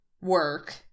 work